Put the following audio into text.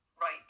right